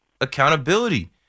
accountability